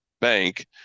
Bank